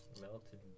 melted